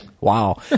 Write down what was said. Wow